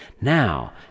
Now